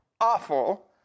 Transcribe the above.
awful